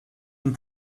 and